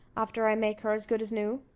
after i make her as good as new?